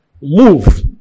Move